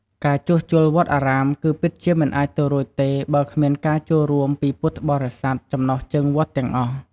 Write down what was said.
ការជួសជុលវត្តអារាម គឺពិតជាមិនអាចទៅរួចទេបើគ្មានការចូលរួមពីពុទ្ធបរិស័ទចំណុះជើងវត្តទាំងអស់។